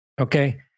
okay